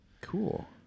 Cool